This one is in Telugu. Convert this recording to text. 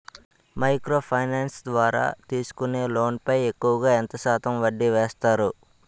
మైక్రో ఫైనాన్స్ ద్వారా తీసుకునే లోన్ పై ఎక్కువుగా ఎంత శాతం వడ్డీ వేస్తారు?